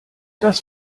das